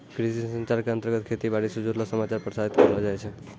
कृषि संचार के अंतर्गत खेती बाड़ी स जुड़लो समाचार प्रसारित करलो जाय छै